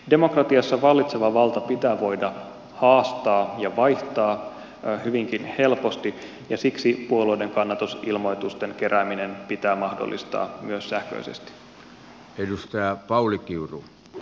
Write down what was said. demokratiassa vallitseva valta pitää voida haastaa ja vaihtaa hyvinkin helposti ja siksi puolueiden kannatusilmoitusten kerääminen pitää mahdollistaa myös sähköisesti